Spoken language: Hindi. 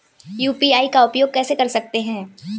यू.पी.आई का उपयोग कैसे कर सकते हैं?